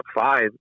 five